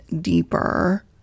deeper